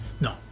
No